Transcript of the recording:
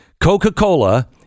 Coca-Cola